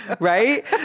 Right